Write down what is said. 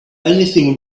anything